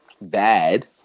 bad